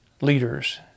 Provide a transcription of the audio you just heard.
leaders